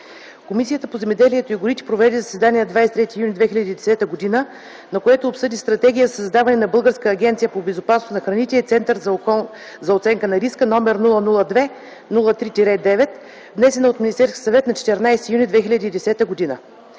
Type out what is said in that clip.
Комисията по земеделието и горите проведе заседание на 23 юни 2010 г., на което обсъди Стратегията за създаване на Българска агенция по безопасност на храните и Център за оценка на риска, № 002-03-9, внесена от Министерския съвет на 14 юни 2010 г.